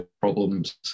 problems